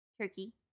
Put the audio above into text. Turkey